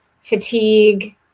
fatigue